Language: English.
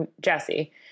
Jesse